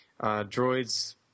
droids